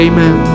Amen